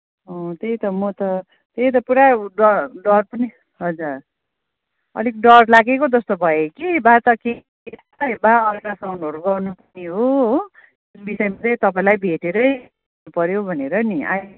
अँ त्यही त म त त्यही त पुरा डर डर पनि हजुर अलिक डर लागेको जस्तो भयो कि बा त केही बा अल्ट्रासाउन्डहरू गर्नुपर्ने हो हो यो विषयमा चाहिँ तपाईँलाई भेटेरै पर्यो भनेर नि